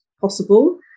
possible